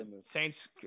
saints